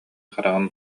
хараҕын